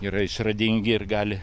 yra išradingi ir gali